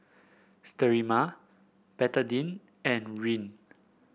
Sterimar Betadine and Rene